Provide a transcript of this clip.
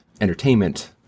entertainment